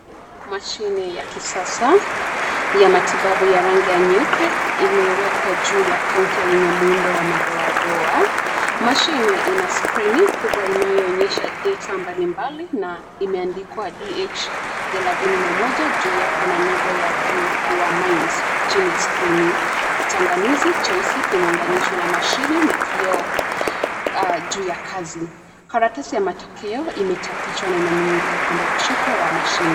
Mashini ya kisasa ya matibabu ya rangi ya nyeupe; imewekwa juu ya kaunta yenye muundo wa madoadoa. Mashini ina skrini kubwa inayoonyesha deta mbalimbali na imeandikwa DH 31 juu yake na nembo ya DYMIND chini ya skrini. Kichanganuzi cheusi kimeunganishwa na mashini na kioo juu ya kazi. Karatasi ya matokeo imechapishwa na inaning'inia upande wa kushoto wa mashini.